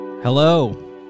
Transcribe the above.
Hello